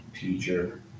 teacher